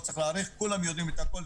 כולם יודעים את הכול,